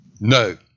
No